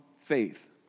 faith